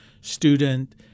student